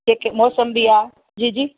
जेके मोसंबी आ जी जी